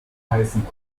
heißen